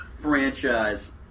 franchise